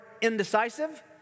indecisive